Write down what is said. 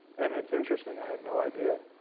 and that's interesting. i had no idea